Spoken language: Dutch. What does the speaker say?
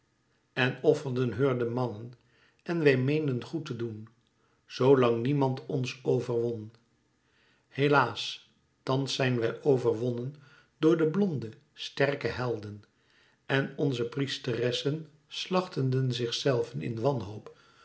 en offerden heur de mannen en wij meenden goed te doen zoo lang niemand ons overwon helaas thans zijn wij overwonnen door de blonde sterke helden en onze priesteressen slachteden zichzelve in wanhoop